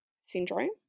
syndrome